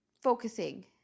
focusing